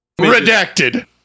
Redacted